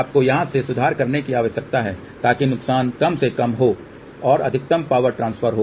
आपको यहां से सुधार करने की आवश्यकता है ताकि नुकसान कम से कम हो और अधिकतम पावर ट्रांसफर हो